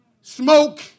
smoke